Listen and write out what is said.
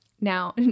Now